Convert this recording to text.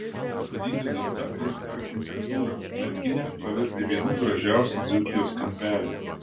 įspūdinga gamta ir architektūra merkinę pavertė vienu gražiausių dzūkijos kampelių